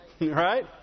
Right